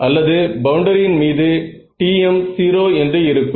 அல்லது பவுண்டரியின் மீது Tm 0 என்று இன்று இருக்கும்